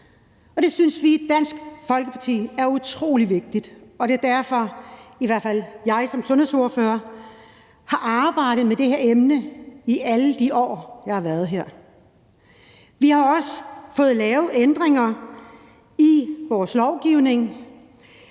det synes vi i Dansk Folkeparti er utrolig vigtigt, og det er derfor, at i hvert fald jeg som sundhedsordfører har arbejdet med det her emne i alle de år, jeg har været her. Vi har også fået lavet ændringer i vores lovgivning.